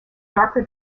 darker